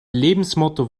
lebensmotto